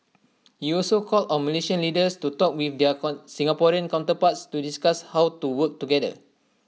he also called on Malaysian leaders to talk with their Singaporean counterparts to discuss how to work together